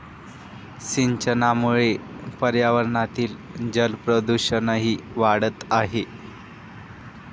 सिंचनामुळे पर्यावरणातील जलप्रदूषणही वाढत आहे